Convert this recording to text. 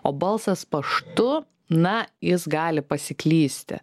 o balsas paštu na jis gali pasiklysti